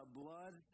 blood